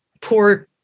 poor